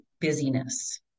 busyness